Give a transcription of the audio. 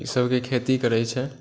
ईसबके खेती करै छै